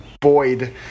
Boyd